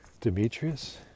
Demetrius